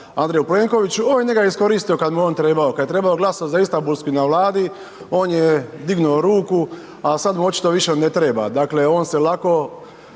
Andreju Plenkoviću, on je njega iskoristio kad mu je on trebao, kad je trebao glasovat za Istanbulsku i na Vladi, on je dignuo ruku, a sad mu očito više ne treba, dakle on se lako